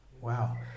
Wow